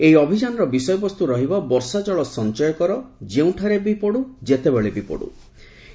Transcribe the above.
ଏହି ଅଭିଯାନର ବିଷୟବସ୍ତୁ ରହିବ ବର୍ଷାଜଳ ସଞ୍ଚୟ କର ଯେଉଁଠାରେ ବି ପଡ଼ୁ ଯେତେବେଳେ ବି ପଡ଼ୁ